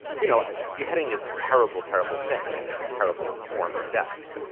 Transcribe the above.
you know ah beheading is a terrible, terrible thing. and it's a terrible form of death.